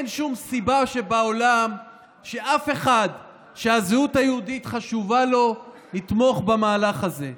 אין שום סיבה שבעולם שאחד שהזהות היהודית חשובה לו יתמוך במהלך הזה.